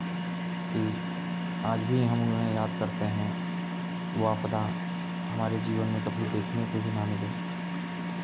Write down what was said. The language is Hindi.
कि आज भी हम उन्हें याद करते हैं वो आपदा हमारे जीवन में कभी देखने को भी ना मिले